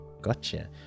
gotcha